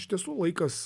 iš tiesų laikas